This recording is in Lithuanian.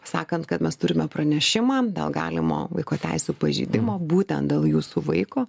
sakant kad mes turime pranešimą dėl galimo vaiko teisių pažeidimo būtent dėl jūsų vaiko